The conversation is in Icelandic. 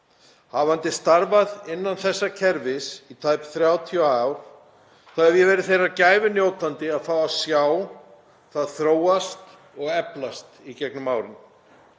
Hafandi starfað innan þessa kerfis í tæp 30 ár hef ég verið þeirrar gæfu aðnjótandi að fá að sjá það þróast og eflast í gegnum árin.